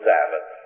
Sabbath